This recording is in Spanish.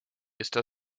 está